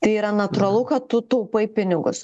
tai yra natūralu kad tu taupai pinigus